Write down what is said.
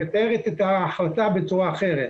היא מתארת את ההחלטה בצורה אחרת.